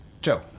Joe